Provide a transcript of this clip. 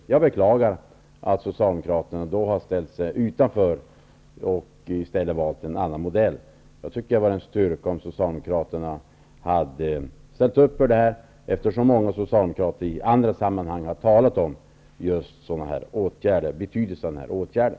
Jag beklagar att Socialdemokraterna har ställt sig utanför och i stället valt en annan modell. Det skulle vara en styrka för Socialdemokraterna om de hade ställt upp på detta förslag, eftersom många socialdemokrater i andra sammanhang har talat om betydelsen av sådana åtgärder.